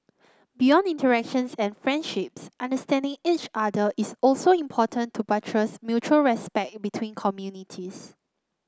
beyond interactions and friendships understanding each other is also important to buttress mutual respect between communities